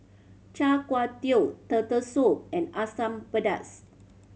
Char Kway Teow Turtle Soup and Asam Pedas